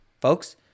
Folks